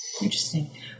Interesting